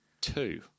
two